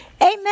Amen